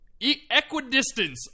equidistance